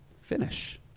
finish